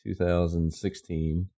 2016